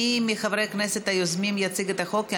מי מחברי הכנסת היוזמים יציג את החוק?